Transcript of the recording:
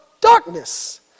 darkness